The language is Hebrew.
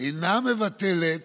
אינה מבטלת